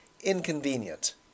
inconvenient